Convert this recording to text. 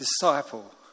disciple